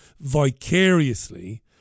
vicariously